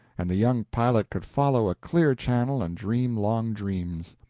and the young pilot could follow a clear channel and dream long dreams.